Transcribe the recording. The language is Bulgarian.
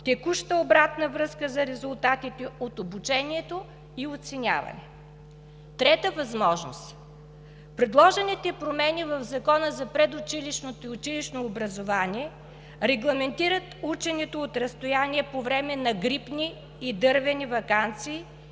текуща обратна връзка за резултатите от обучението и оценяване. Трета възможност. Предложените промени в Закона за предучилищното и училищното образование регламентират ученето от разстояние по време на грипни и „дървени“ ваканции